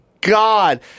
God